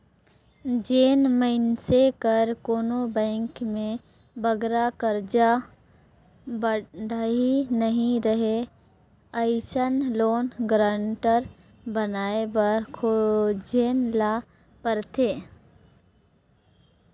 जेन मइनसे कर कोनो बेंक में बगरा करजा बाड़ही नी रहें अइसन लोन गारंटर बनाए बर खोजेन ल परथे